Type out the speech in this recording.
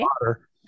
water